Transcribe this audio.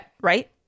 Right